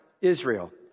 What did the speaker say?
Israel